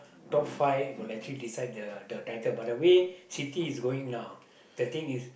top five but actually decide the the title by the way City is going now the thing is